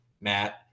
Matt